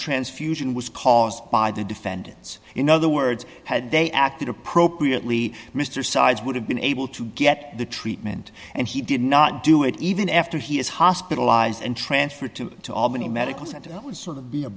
transfusion was caused by the defendants in other words had they acted appropriately mr size would have been able to get the treatment and he did not do it even after he is hospitalized and transferred to the albany medical center that would sort of be a